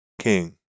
king